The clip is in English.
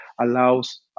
allows